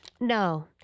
No